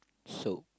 so